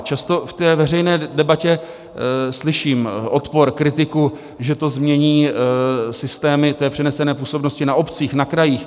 Často ve veřejné debatě slyším odpor, kritiku, že to změní systémy přenesené působnosti na obcích, na krajích.